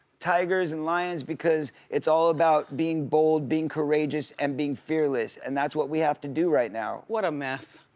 tigers and lions because it's all about being bold, being courageous, and being fearless, and that's what we have to do right now. what a mess!